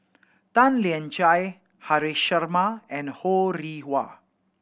Tan Lian Chye Haresh Sharma and Ho Rih Hwa